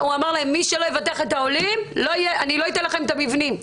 הוא אמר שמי שלא יבטח את העולים הוא לא ייתן להם את המבנים,